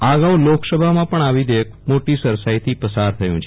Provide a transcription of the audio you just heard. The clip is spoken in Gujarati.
આ અગાઉ લોકસભામાં પણ આ વિધેયક મટી સરસાઈથી પસાર થયું છે